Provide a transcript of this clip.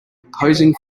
posing